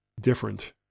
different